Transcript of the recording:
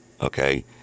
Okay